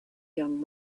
young